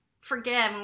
forgive